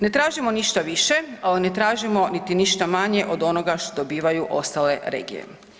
Ne tražimo ništa više, ali ne tražimo niti ništa manje od onoga što dobivaju ostale regije.